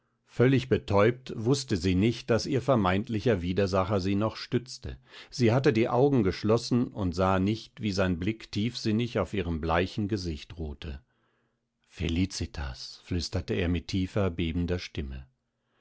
völlig betäubt wußte sie nicht daß ihr vermeintlicher widersacher sie noch stützte sie hatte die augen geschlossen und sah nicht wie sein blick tiefsinnig auf ihrem bleichen gesicht ruhte felicitas flüsterte er mit tiefer bittender stimme